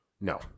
No